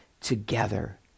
together